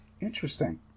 Interesting